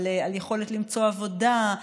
על יכולת למצוא עבודה,